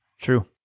True